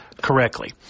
correctly